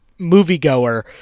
moviegoer